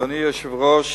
אדוני היושב-ראש,